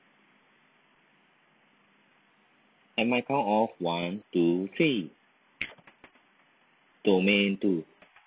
at my count of one two three domain two